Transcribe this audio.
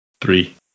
three